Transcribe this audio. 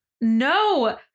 No